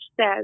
says